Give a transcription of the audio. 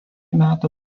metų